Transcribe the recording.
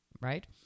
right